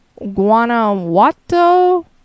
Guanajuato